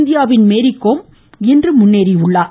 இந்தியாவின் மேரிகோம் இன்று முன்னேறினார்